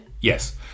Yes